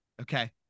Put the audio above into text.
okay